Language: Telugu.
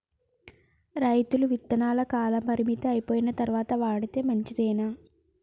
రైతులు విత్తనాల కాలపరిమితి అయిపోయిన తరువాత వాడితే మంచిదేనా?